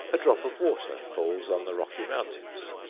a drop of water falls on the rocky mountains,